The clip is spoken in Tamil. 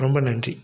ரொம்ப நன்றி